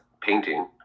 painting